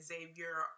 Xavier